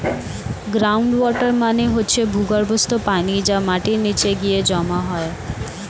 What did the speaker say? ground water মানে হচ্ছে ভূগর্ভস্থ পানি যা মাটির নিচে গিয়ে জমা হয়